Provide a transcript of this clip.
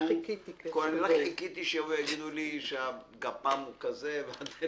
כל היום ורק חיכיתי לדיון על התחום הזה.